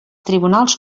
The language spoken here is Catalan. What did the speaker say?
tribunals